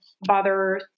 bother